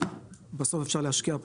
בסוף אפשר להשקיע פה,